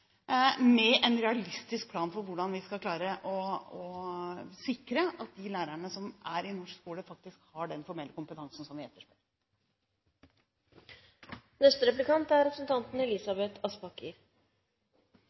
en realistisk plan for hvordan vi skal klare å sikre at de lærerne som er i norsk skole, faktisk har den formelle kompetansen som vi etterspør. Å bygge kvalitet i skolen er,